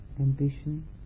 ambition